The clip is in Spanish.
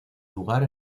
lugar